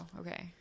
Okay